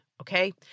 Okay